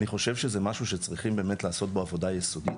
אני חושב שזה משהו שצריכים באמת לעשות בו עבודה יסודית,